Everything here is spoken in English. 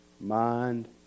mind